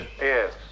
Yes